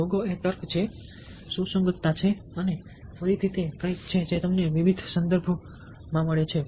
logo એ તર્ક સુસંગતતા છે અને ફરીથી તે કંઈક છે જે તમને વિવિધ સંદર્ભોમાં મળે છે